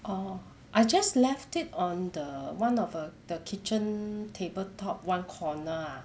orh I just left it on the one of the kitchen table top one corner lah